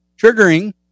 triggering